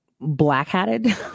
black-hatted